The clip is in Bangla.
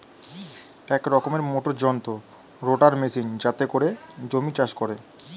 এক রকমের মোটর যন্ত্র রোটার মেশিন যাতে করে জমি চাষ করে